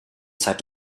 seit